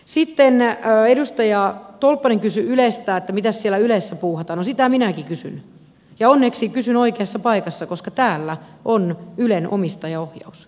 siipenä ja edustaja tolppanen kysyi yleis tai mitä siellä ylessä puuhataan sitä minäkin kysyn ja onneksi kysyn oikeassa paikassa koska täällä on ylen omistajaohjaus